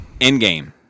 endgame